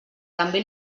també